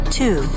two